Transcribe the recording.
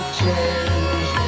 change